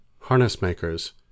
harness-makers